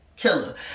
killer